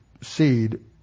seed